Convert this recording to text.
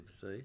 see